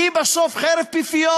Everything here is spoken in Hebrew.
שהיא בסוף חרב פיפיות.